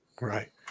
Right